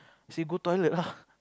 say go toilet lah